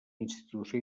institució